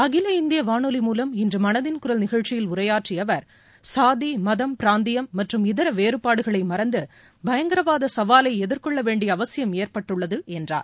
அகில இந்திய வானொலி மூலம் இன்று மனதின் குரல் நிகழ்ச்சியில் உரையாற்றிய அவர் சாதி மதம் பிராந்தியம் மற்றும் இதர வேறுபாடுகளை மறந்து பயங்கரவாத சவாலை எதிர்கொள்ள வேண்டிய அவசியம் ஏற்பட்டுள்ளது என்றார்